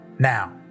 Now